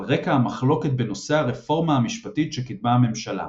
על רקע המחלוקת בנושא הרפורמה המשפטית שקידמה הממשלה.